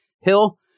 Hill